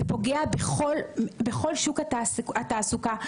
זה פוגע בכל שוק התעסוקה,